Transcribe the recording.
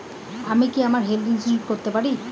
আমি কি আমার হেলথ ইন্সুরেন্স করতে পারি?